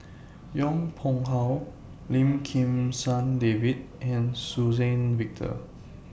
Yong Pung How Lim Kim San David and Suzann Victor